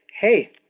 hey